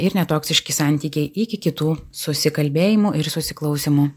ir netoksiški santykiai iki kitų susikalbėjimų ir susiklausymų